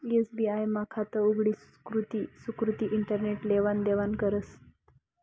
SBI मा खातं उघडी सुकृती इंटरनेट लेवान देवानं करस